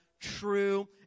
true